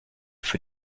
für